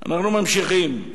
אנחנו ממשיכים.